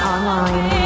Online